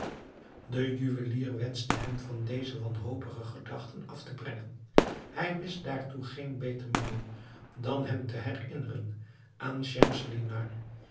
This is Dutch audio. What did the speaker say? de juwelier wenschte hem van deze wanhopige gedachte af te brengen hij wist daartoe geen beter middel dan hem te herinneren aan